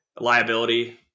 liability